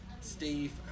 Steve